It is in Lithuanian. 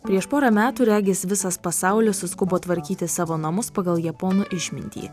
prieš porą metų regis visas pasaulis suskubo tvarkyti savo namus pagal japonų išmintį